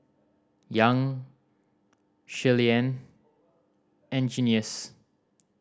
Young Shirleyann and Junious